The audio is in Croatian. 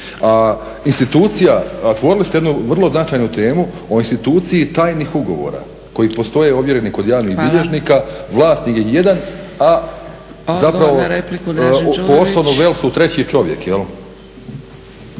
A institucija, otvorili ste jednu vrlo značajnu temu o instituciji tajnih ugovora koji postoje ovjereni kod javnih bilježnika, vlasnik je jedan, a zapravo… **Zgrebec,